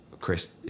Chris